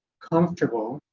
comfortable.